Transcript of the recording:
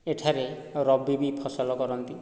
ଏଠାରେ ରବି ବି ଫସଲ କରନ୍ତି